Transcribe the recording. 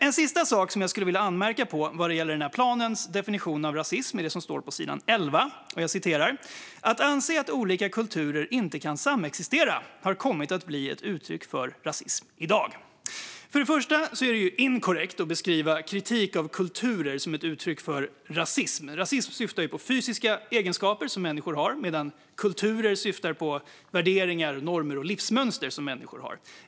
En sista sak som jag skulle vilja anmärka på vad gäller planens definition av rasism är det som står på sidan 11: "att anse att olika kulturer inte kan samexistera, har kommit att bli uttryck för rasism i dag". Först och främst är det inkorrekt att beskriva kritik av kulturer som ett uttryck för rasism. Rasism syftar på fysiska egenskaper som människor har, medan kulturer syftar på värderingar, normer och livsmönster som människor har.